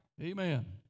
Amen